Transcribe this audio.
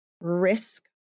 Risk